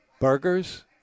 burgers